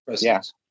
yes